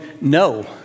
no